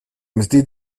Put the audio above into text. mzdy